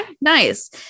nice